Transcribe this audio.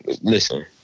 listen